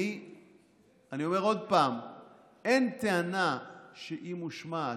אבל אני אומר עוד פעם: אין טענה שהיא מושמעת,